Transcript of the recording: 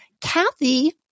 Kathy